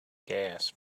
gas